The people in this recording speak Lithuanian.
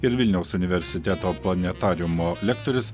ir vilniaus universiteto planetariumo lektorius